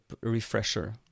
refresher